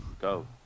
go